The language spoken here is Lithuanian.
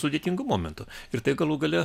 sudėtingu momentu ir tai galų gale